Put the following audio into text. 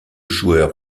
joueurs